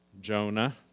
Jonah